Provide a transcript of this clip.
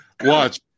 Watch